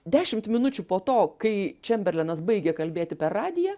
dešimt minučių po to kai čemberlenas baigė kalbėti per radiją